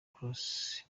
cross